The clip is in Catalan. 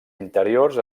interiors